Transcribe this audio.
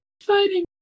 fighting